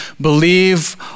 believe